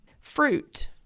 fruit